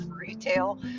retail